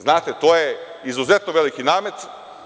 Znate, to je izuzetno veliki namet.